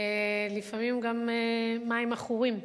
ולפעמים גם מים עכורים,